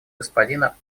господина